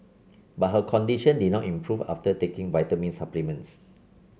but her condition did not improve after taking vitamin supplements